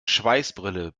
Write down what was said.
schweißbrille